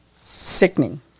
Sickening